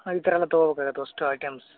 ಹಾಂ ಈ ಥರ ಎಲ್ಲ ತೊಗೊಬೇಕಾಗತ್ತೆ ಅಷ್ಟು ಐಟಮ್ಸ್